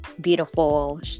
beautiful